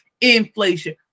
inflation